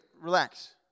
relax